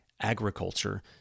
agriculture